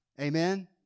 Amen